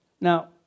Now